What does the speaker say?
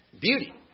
beauty